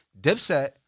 Dipset